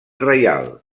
reial